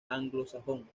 anglosajón